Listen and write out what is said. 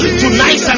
tonight